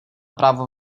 právo